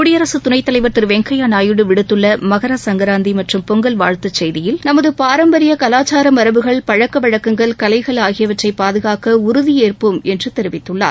குடியரசுத் துணைத் தலைவர் திரு வெங்கப்யா நாயுடு விடுத்துள்ள மகரசங்கராந்தி மற்றும் பெங்கல் வாழ்த்து செய்தியில் நமது பாரம்பரிய கலாச்சாரம் மரபுகள் பழக்கவழக்கங்கள் கலைகள் ஆகியவற்றை பாதுகாக்க உறுதியேற்போம் என்று தெரிவித்துள்ளார்